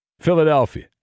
Philadelphia